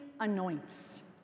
anoints